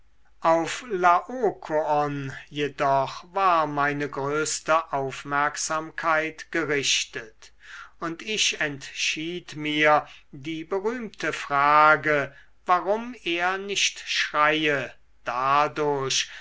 auf laokoon jedoch war meine größte aufmerksamkeit gerichtet und ich entschied mir die berühmte frage warum er nicht schreie dadurch